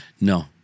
No